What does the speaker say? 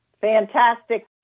Fantastic